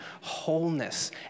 wholeness